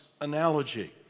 analogy